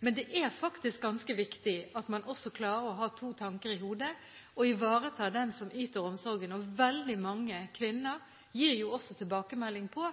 Men det er faktisk ganske viktig at man klarer å ha to tanker i hodet og ivareta den som yter omsorgen. Veldig mange kvinner gir tilbakemelding om